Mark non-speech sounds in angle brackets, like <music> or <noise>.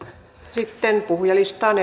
sitten puhujalistaan <unintelligible>